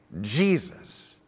Jesus